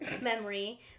memory